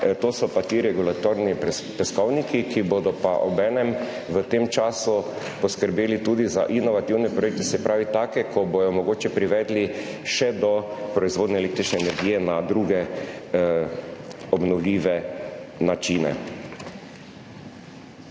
to so pa ti regulatorni peskovniki, ki bodo obenem v tem času poskrbeli tudi za inovativne projekte, se pravi take, ki bodo mogoče privedli še do proizvodnje električne energije na druge obnovljive načine.